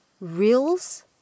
reels